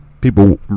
people